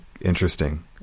interesting